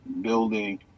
building